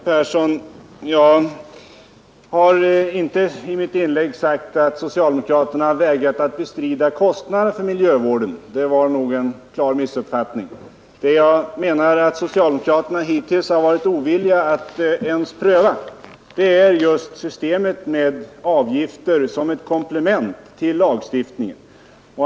Herr talman! Ja, herr Persson i Skänninge, jag har inte i mitt inlägg sagt att socialdemokraterna vägrat att bestrida kostnaderna för miljövården. Det var en klar missuppfattning. Vad jag menar att socialdemokraterna hittills varit ovilliga att ens pröva är systemet med avgifter som ett komplement till lagstiftningen.